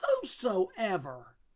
whosoever